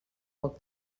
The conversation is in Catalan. poc